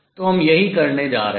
तो हम यही करने जा रहे हैं